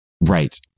Right